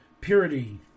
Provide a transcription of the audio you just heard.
Purity